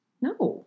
No